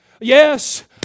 Yes